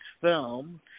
film